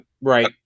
Right